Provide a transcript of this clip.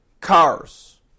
cars